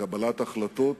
בקבלת החלטות